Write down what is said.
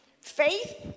Faith